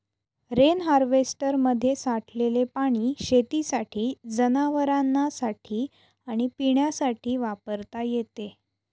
rain हार्वेस्टरमध्ये साठलेले पाणी शेतीसाठी, जनावरांनासाठी आणि पिण्यासाठी वापरता येते